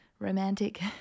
romantic